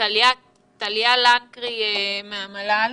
טליה לנקרי מהמל"ל?